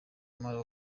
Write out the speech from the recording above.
malia